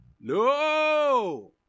No